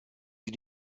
sie